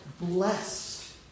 blessed